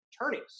attorneys